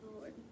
Lord